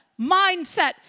mindset